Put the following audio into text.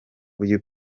uyu